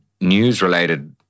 news-related